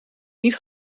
niet